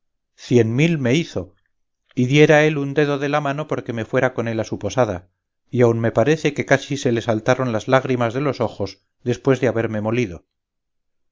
cien mil me hizo y diera él un dedo de la mano porque me fuera con él a su posada y aun me parece que casi se le saltaron las lágrimas de los ojos después de haberme molido